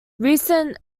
recent